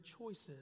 choices